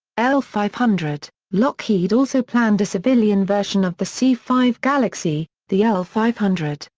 l five hundred lockheed also planned a civilian version of the c five galaxy, the l five hundred,